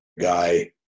guy